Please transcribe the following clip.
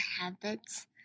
habits